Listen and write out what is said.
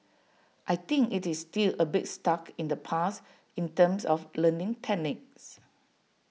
I think IT is still A bit stuck in the past in terms of learning techniques